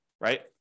right